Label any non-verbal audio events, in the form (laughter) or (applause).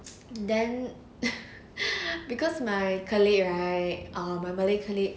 then (laughs) because my colleague right ah malay colleague